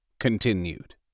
continued